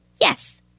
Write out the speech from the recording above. Yes